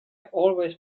always